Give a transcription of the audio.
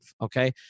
Okay